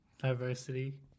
diversity